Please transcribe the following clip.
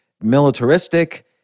militaristic